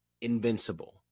invincible